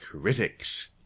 critics